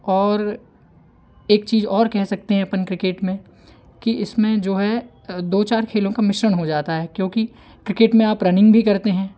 और एक चीज़ और कह सकते हैं अपन क्रिकेट में कि इसमें जो है दो चार खेलों का मिश्रण हो जाता है क्योंकि क्रिकेट में आप रनिंग भी करते हैं